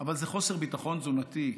אבל זה חוסר ביטחון תזונתי.